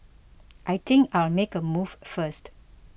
I think I'll make a move first